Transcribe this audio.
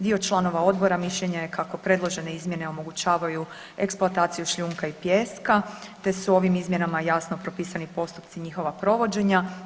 Dio članova odbora mišljenja je kako predložene izmjene omogućavaju eksploataciju šljunka i pijeska te su ovim izmjenama jasno propisani postupci njihova provođenja.